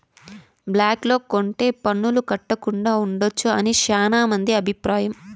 black లో కొంటె పన్నులు కట్టకుండా ఉండొచ్చు అని శ్యానా మంది అభిప్రాయం